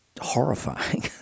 horrifying